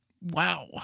wow